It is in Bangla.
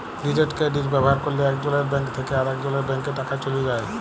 ডিরেট কেরডিট ব্যাভার ক্যরলে একজলের ব্যাংক থ্যাকে আরেকজলের ব্যাংকে টাকা চ্যলে যায়